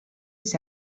its